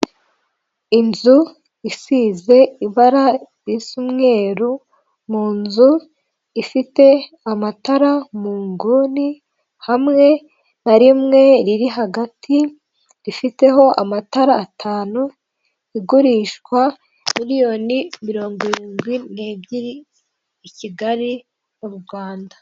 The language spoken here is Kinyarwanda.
Inzu isize ibara risa umweru mu nzu ifite amatara mu nguni hamwe na rimwe riri hagati rifiteho amatara atanu igurishwa miliyoni mirongo irindwi n'ebyiri i Kigali mu Rwanda.